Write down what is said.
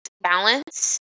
balance